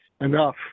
enough